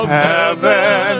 heaven